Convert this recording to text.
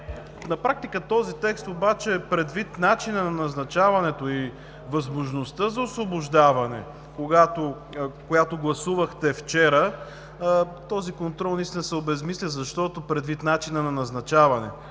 На практика този текст, предвид начина на назначаването и възможността за освобождаване, която гласувахте вчера, този контрол наистина се обезсмисля, защото предвид начина на назначаване